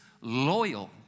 loyal